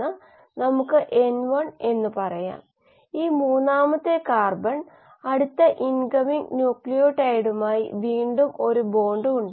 കൃത്രിമവും സങ്കീർണ്ണവുമായ മീഡിയകളിലെ അളവുകൾ നടത്തി ഓരോ മീഡിയയിലെയും ഘടനയുടെ സ്വാധീനം അന്വേഷിച്ചു